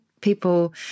people